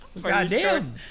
Goddamn